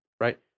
Right